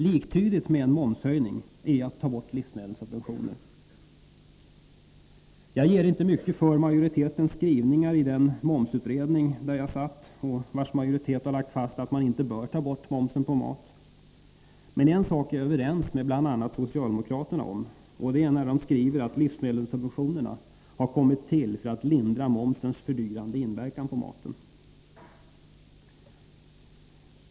Liktydigt med en momshöjning är att ta bort livsmedelssubventioner. Jag ger inte mycket för majoritetens skrivningar i den momsutredning, där jag satt och vars majoritet nyligen lagt fast, att man inte bör ta bort momsen på mat. Men en sak är jag överens med bl.a. socialdemokraterna om, och det är när de skriver att livsmedelssubventionerna har kommit till för att lindra momsens fördyrande inverkan på maten.